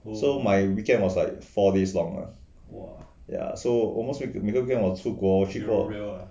so my weekend was like four days long ah ya so almost week 每个 weekend 我去出国去过